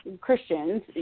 Christians